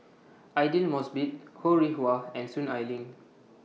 Aidli Mosbit Ho Rih Hwa and Soon Ai Ling